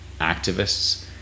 activists